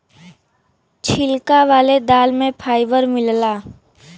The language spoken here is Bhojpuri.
छिलका वाले दाल में भी फाइबर मिलला